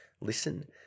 listen